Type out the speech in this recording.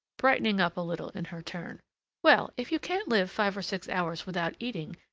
brightening up a little in her turn well, if you can't live five or six hours without eating,